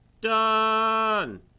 Done